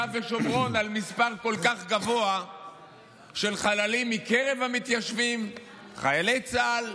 ושומרון על מספר כל כך גבוה של חללים מקרב המתיישבים וחיילי צה"ל,